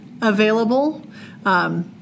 available